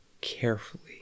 carefully